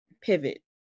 Pivot